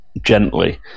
gently